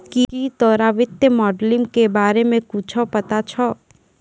की तोरा वित्तीय मोडलिंग के बारे मे कुच्छ पता छौं